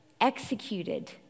executed